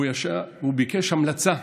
הוא ביקש המלצה,